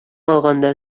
алганда